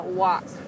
walk